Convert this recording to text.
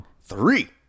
three